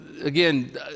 again